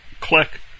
click